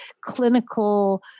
clinical